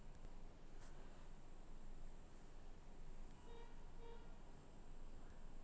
सामाजिक विपणन सबसे तेजी से बढ़ते करियर के अवसरों में से एक है